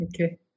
Okay